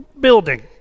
building